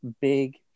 big